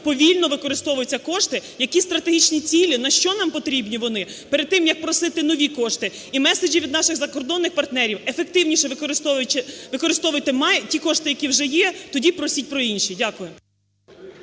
повільно використовуються кошти, які стратегічні цілі, на що нам потрібні вони перед тим, як просити нові кошти. І меседжі від наших закордонних партнерів, ефективніше використовуйте ті кошти, які вже є, тоді просіть про інші. Дякую.